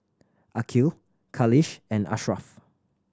Aqil Khalish and Ashraff